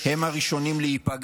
והם הראשונים להיפגע.